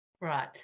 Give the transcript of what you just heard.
Right